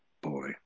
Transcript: Boy